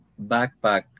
backpack